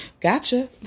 gotcha